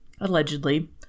allegedly